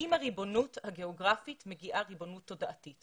עם הריבונות הגיאוגרפית מגיעה ריבונות תודעתית.